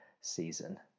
season